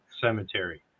cemetery